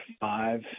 five